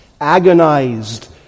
agonized